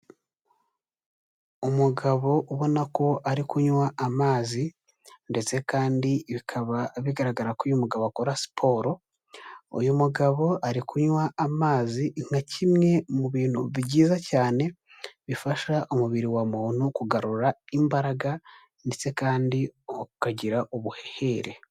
Umugabo ubona ko ari kunywa amazi, ndetse kandi bikaba bigaragara ko uyu umugabo akora siporo, uyu mugabo ari kunywa amazi, nka kimwe mu bintu byiza cyane, bifasha umubiri wa muntu kugarura imbaraga, ndetse kandi ukagira ubuhere.